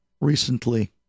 Recently